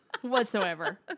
whatsoever